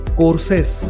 courses